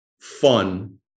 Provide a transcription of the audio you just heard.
fun